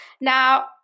Now